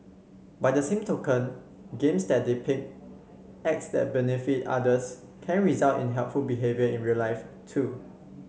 by the same token games that depict acts that benefit others can result in helpful behaviour in real life too